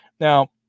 Now